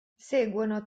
seguono